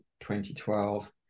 2012